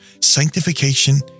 sanctification